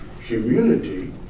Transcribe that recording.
community